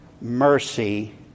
mercy